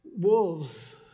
wolves